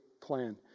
plan